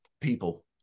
people